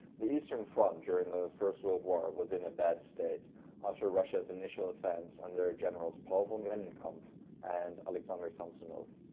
the eastern front during the first world war was in a bad state after russia's initial advance under generals paul von rennenkampf and alexander samsonov.